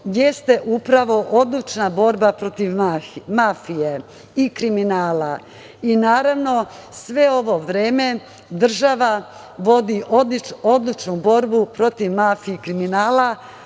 jeste upravo odlučna borba protiv mafije i kriminala. Naravno, sve ovo vreme država vodi odlučnu borbu protiv mafije i kriminala,